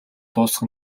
дуусах